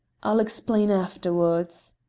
i'll explain afterwards.